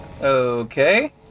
Okay